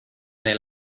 del